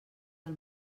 del